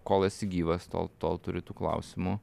kol esi gyvas tol tol turi tų klausimų